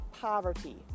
poverty